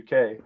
UK